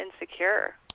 insecure